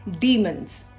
demons